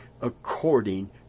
according